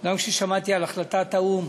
גם כששמעתי על החלטת האו"ם